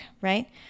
right